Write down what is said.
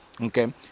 Okay